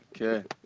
Okay